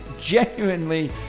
genuinely